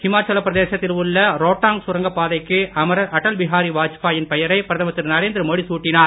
இமாச்சல பிரதேசத்தில் உள்ள ரோட்டாங் சுரங்க பாதைக்கு அமரர் அட்டல் பிகாரி வாஜ்பாயின் பெயரை பிரதமர் திரு நரேந்திரமோடி சூட்டினார்